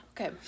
Okay